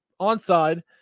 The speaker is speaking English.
onside